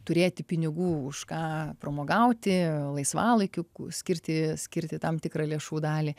turėti pinigų už ką pramogauti laisvalaikiu skirti skirti tam tikrą lėšų dalį